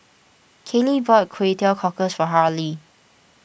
Kaylee bought Kway Teow Cockles for Harley